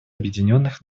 объединенных